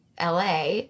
LA